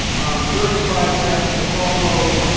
um thirty five steps to follow.